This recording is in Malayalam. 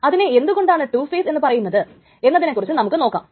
അതിനെ എന്തുകൊണ്ടാണ് ടൂ ഫേസ് എന്ന് പറയുന്നത് എന്നതിനെക്കുറിച്ച് നമുക്ക് നോക്കാം